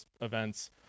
events